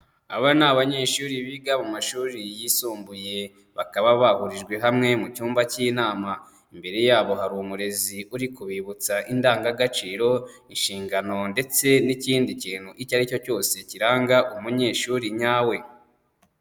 Aba ni abanyeshuri biga mu mashuri yisumbuye, bakaba bahurijwe hamwe mu cyumba k'inama, imbere yabo hari umurezi uri kubibutsa indangagaciro, inshingano ndetse n'ikindi kintu icyo ari cyo cyose kiranga umunyeshuri nyawe.